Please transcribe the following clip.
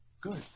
good